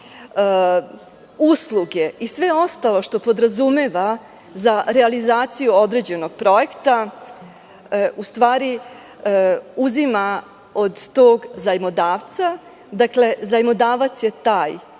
usluge i sve ostalo što podrazumeva realizaciju određenog projekta uzima od tog zajmodavca. Dakle, zajmodavac je taj